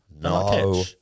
No